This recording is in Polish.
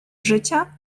życia